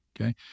okay